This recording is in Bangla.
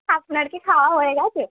আপনার কি খাওয়া হয়ে গেছে